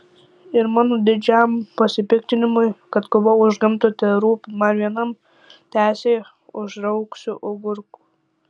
ir mano didžiam pasipiktinimui kad kova už gamtą terūpi man vienam tęsė užraugsiu agurkų